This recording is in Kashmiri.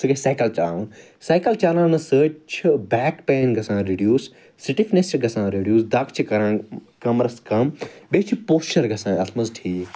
سۄ گٔے سایکَل چَلاوُن سایکَل چَلاونہٕ سۭتۍ چھِ بیک پین گَژھان ریٚڈیٛوٗس سِٹِفنیٚس چھِ گَژھان ریٚڈیٛوٗس دگ چھِ کَران کمبرَس کم بیٚیہ چھُ پوسچَر گَژھان اَتھ مَنٛز ٹھیٖک